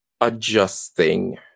adjusting